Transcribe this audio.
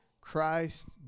Christ